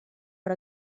per